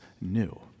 new